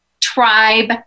Tribe